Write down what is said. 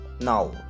Now